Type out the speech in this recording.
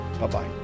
Bye-bye